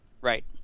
Right